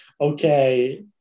okay